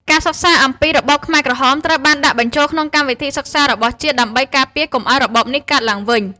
ការសិក្សាអំពីរបបខ្មែរក្រហមត្រូវបានដាក់បញ្ចូលក្នុងកម្មវិធីសិក្សារបស់ជាតិដើម្បីការពារកុំឱ្យរបបនេះកើតឡើងវិញ។